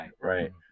Right